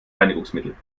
reinigungsmittel